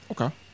Okay